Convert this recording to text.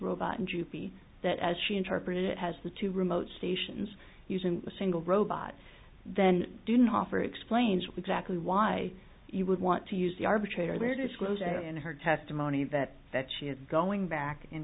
robot and you be that as she interpreted it has the two remote stations using a single robot then didn't offer explain exactly why you would want to use the arbitrator there disclosure and her testimony that that she is going back in